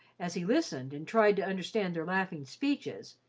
as he listened and tried to understand their laughing speeches,